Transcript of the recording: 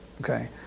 Okay